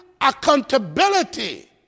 accountability